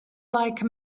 like